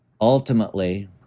ultimately